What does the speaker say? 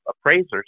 appraisers